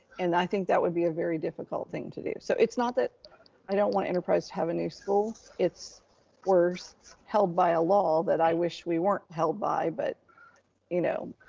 and i think that would be a very difficult thing to do. so it's not that i don't want enterprise to have a new school. it's we're so held by a law that i wish we weren't held by, but you know.